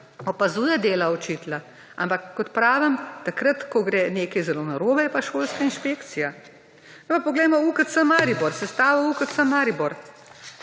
opazuje dela učitelja, ampak kot pravim takrat, ko gre nekaj zelo narobe je pa Šolska inšpekcija. Sedaj pa poglejmo UKC Maribor, sestavo UKC Maribor.